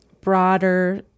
broader